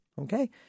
Okay